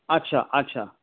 আচ্ছা আচ্ছা